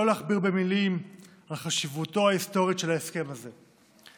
לא להכביר מילים על חשיבותו ההיסטורית של ההסכם הזה.